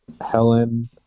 Helen